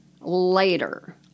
later